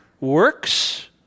works